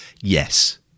Yes